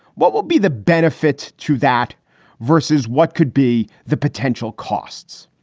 what will be the benefit to that versus what could be the potential costs?